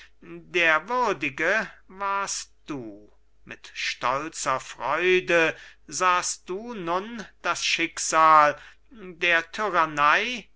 der würdigste warst du mit stolzer freude sahst du nun das schicksal der tyrannei